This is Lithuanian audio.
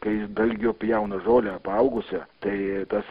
kai dalgiu pjauna žolę paaugusią tai tas